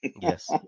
Yes